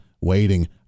waiting